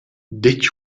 detg